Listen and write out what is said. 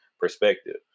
perspective